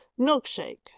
milkshake